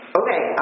okay